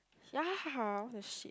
ya what the shit